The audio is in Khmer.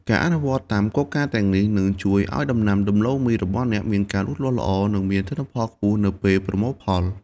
ការអនុវត្តតាមគោលការណ៍ទាំងនេះនឹងជួយឱ្យដំណាំដំឡូងមីរបស់អ្នកមានការលូតលាស់ល្អ និងមានទិន្នផលខ្ពស់នៅពេលប្រមូលផល។